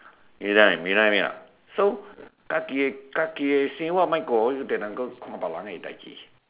you know what I mean you know what I mean or not so hokkien